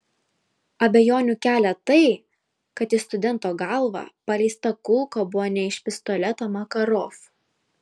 abejonių kelia tai kad į studento galvą paleista kulka buvo ne iš pistoleto makarov